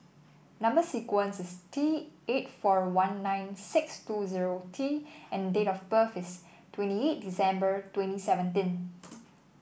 number sequence is T eight four one nine six two zero T and date of birth is twentyeight December twenty seventeen